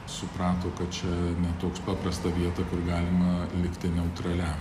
suprato kad čia ne toks paprasta vieta kur galima likti neutraliam